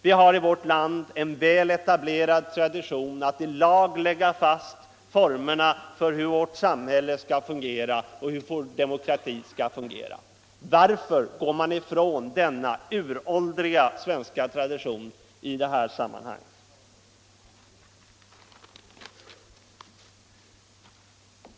Vi har i vårt land en väl etablerad tradition att i lag lägga fast formerna för hur vårt samhälle och vår demokrati skall fungera: Varför går man från denna uråldriga svenska tradition i detta sammanhang?